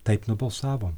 taip nubalsavom